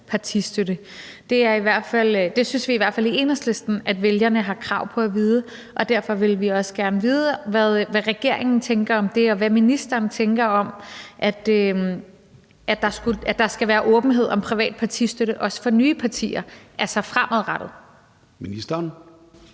partistøtte. Det synes vi i hvert fald i Enhedslisten at vælgerne har krav på at vide, og derfor vil vi også gerne vide, hvad regeringen tænker om det, og hvad ministeren tænker om, at der skal være åbenhed om privat partistøtte, også for nye partier, altså fremadrettet. Kl.